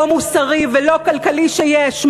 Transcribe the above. לא מוסרי ולא כלכלי שיש,